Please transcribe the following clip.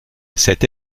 cette